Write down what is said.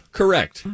correct